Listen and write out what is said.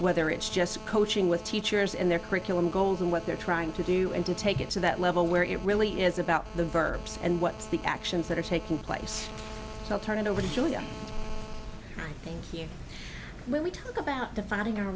whether it's just coaching with teachers and their curriculum goals and what they're trying to do and to take it to that level where it really is about the verbs and what's the actions that are taking place i'll turn it over to julia thank you when we talk about the finding